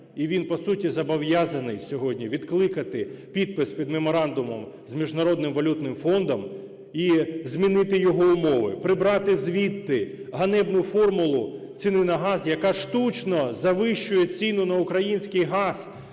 і він, по суті, зобов'язаний сьогодні відкликати підпис під меморандумом з Міжнародним валютним фондом і змінити його умови, прибрати звідти ганебну формулу ціни на газ, яка штучно завищує ціну на український газ